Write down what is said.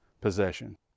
possession